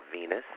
Venus